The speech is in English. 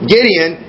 Gideon